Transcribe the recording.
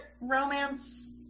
romance